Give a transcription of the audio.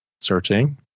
Searching